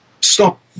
stop